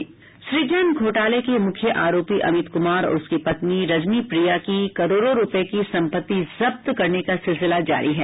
सुजन घोटाले के मुख्य आरोपी अमित कुमार और उसकी पत्नी रजनी प्रिया की करोड़ों रूपये की संपत्ति जब्त करने का सिलसिला जारी है